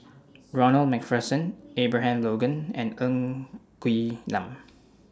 Ronald MacPherson Abraham Logan and Ng Quee Lam